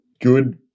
good